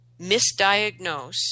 misdiagnose